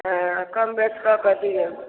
हँ कमबेस कऽ कऽ दिऔ